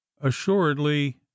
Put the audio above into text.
Assuredly